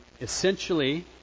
essentially